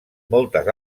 moltes